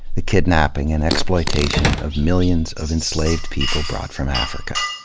the kidnapping and exploitation of millions of enslaved people brought from africa.